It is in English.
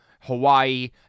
Hawaii